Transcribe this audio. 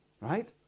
Right